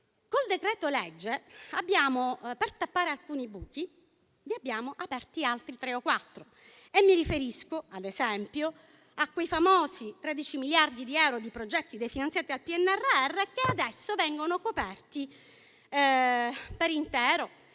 il decreto-legge citato, per tappare alcuni buchi, ne abbiamo aperti altri tre o quattro. Mi riferisco ad esempio a quei famosi 13 miliardi di euro di progetti definanziati dal PNRR che adesso vengono coperti per intero.